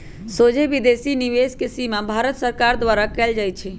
सोझे विदेशी निवेश के सीमा भारत सरकार द्वारा कएल जाइ छइ